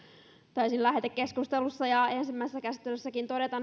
taisin lähetekeskustelussa ja ensimmäisessä käsittelyssäkin todeta